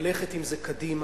ללכת עם זה קדימה.